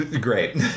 Great